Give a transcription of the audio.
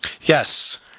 Yes